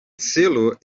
celo